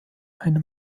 eine